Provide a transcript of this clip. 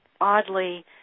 oddly